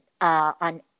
on